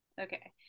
okay